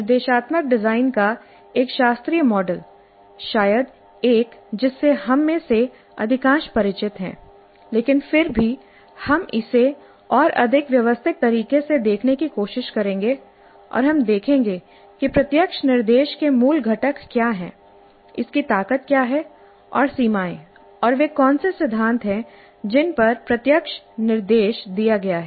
निर्देशात्मक डिजाइन का एक शास्त्रीय मॉडल शायद एक जिससे हम में से अधिकांश परिचित हैं लेकिन फिर भी हम इसे और अधिक व्यवस्थित तरीके से देखने की कोशिश करेंगे और हम देखेंगे कि प्रत्यक्ष निर्देश के मूल घटक क्या हैं इसकी ताकत क्या है और सीमाएं और वे कौन से सिद्धांत हैं जिन पर प्रत्यक्ष निर्देश दिया गया है